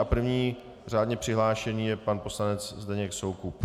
První řádně přihlášený je pan poslanec Zdeněk Soukup.